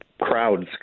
crowds